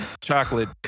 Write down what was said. Chocolate